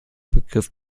begriff